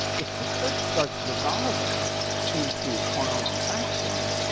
if the church starts dissolving into quarreling factions,